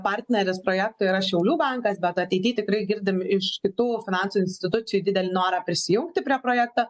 partneris projektui yra šiaulių bankas bet ateity tikrai girdim iš kitų finansų institucijų didelį norą prisijungti prie projekto